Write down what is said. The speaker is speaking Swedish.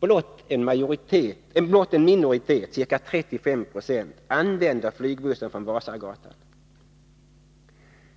Blott en minoritet, ca 35 70, använder flygbussen från Vasagatan.